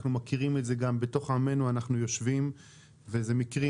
אנחנו מכירים את זה גם בתוך עמינו אנחנו יושבים וזה מקרים